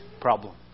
problem